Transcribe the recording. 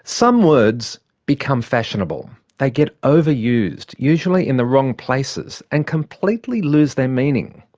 some words become fashionable. they get overused. usually in the wrong places, and completely lose their meaning.